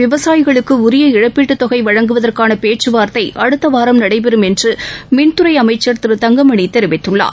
விவசாயிகளுக்கு உரிய இழப்பீட்டுத் தொகை வழங்குவதற்கான பேச்சுவார்த்தை அடுத்த வாரம் நடைபெறும் என்று மின்துறை அமைச்சர் திரு தங்கமணி தெரிவித்துள்ளார்